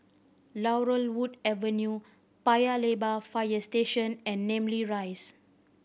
Laurel Wood Avenue Paya Lebar Fire Station and Namly Rise